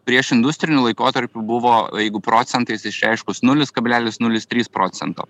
prieš industriniu laikotarpiu buvo jeigu procentais išreiškus nulis kablelis nulis trys procento